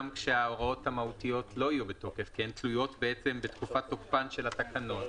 כשההוראות המהותיות לא תהיינה בתוקף כי הן תלויות בתקופת תוקפן של התקנות.